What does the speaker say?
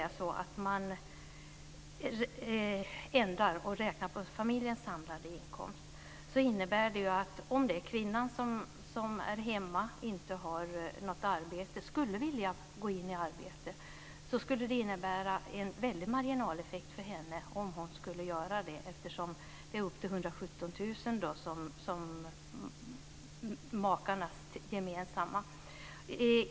Om man ändrar reglerna och ser till familjens samlade inkomst, innebär det att t.ex. en kvinna som är hemma utan förvärvsarbete skulle få en väldig marginaleffekt om hon gick ut i arbete.